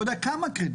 אני לא יודע כמה קרדיט.